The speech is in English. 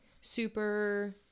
super